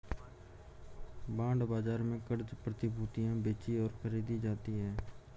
bond बाजार में क़र्ज़ प्रतिभूतियां बेचीं और खरीदी जाती हैं